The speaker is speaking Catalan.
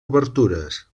obertures